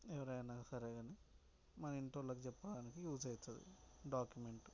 ఎవరైనా సరేకాని మన ఇంటోళ్ళకి చెప్పడానికి యూస్ అవుతుంది డాక్యుమెంట్